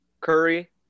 Curry